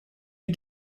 you